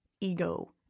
ego